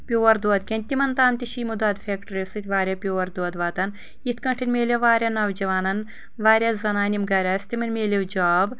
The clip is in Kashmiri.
پیور دۄد کینٛہہ تمن تام تہِ چھ یمو دۄدٕ فیٚکٹریو سۭتۍ واریاہ پیور دۄد واتان یِتھ کٲٹھۍ مِلیو واریاہ نوجوانن واریاہ زنانہٕ یم گرِ آسہٕ تمن مِلیو جاب